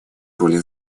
роли